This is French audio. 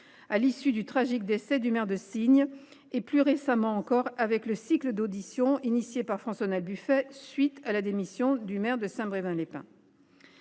à la suite du tragique décès du maire de Signes et, plus récemment encore, avec le cycle d’auditions lancées par François Noël Buffet à la suite de la démission du maire de Saint Brevin les Pins.